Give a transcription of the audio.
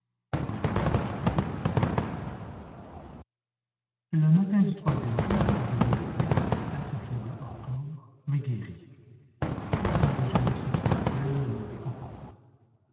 répondais je horripilé le matin du troisième jour je me levai assez faible encore mais guéri un déjeuner substantiel me réconforta